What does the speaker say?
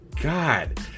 God